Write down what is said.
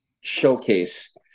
showcase